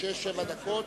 משש-שבע דקות.